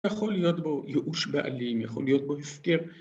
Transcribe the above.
יכול להיות בו ייאוש בעלים, יכול להיות בו הסכם.